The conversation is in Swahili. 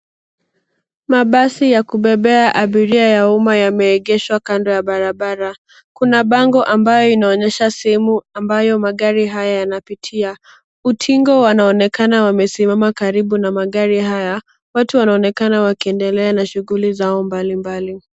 Mabasi ya kubebea abiria ya umma, yameegeshwa kando ya barabara. Kuna bango ambayo inaonyesha sehemu ambayo magari haya yanapitia. Utingo wanaonekana wamesimama karibu na magari haya. Watu wanaonekana wakiendelea na shughuli zao mbali mbali.